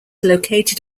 located